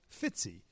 Fitzy